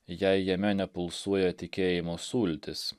jei jame nepulsuoja tikėjimo sultys